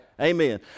Amen